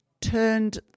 turned